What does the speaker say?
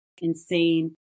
insane